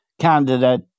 candidate